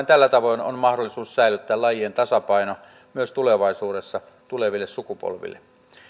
tällä tavoin on mahdollisuus säilyttää lajien tasapaino myös tulevaisuudessa tuleville sukupolville